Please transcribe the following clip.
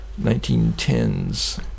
1910s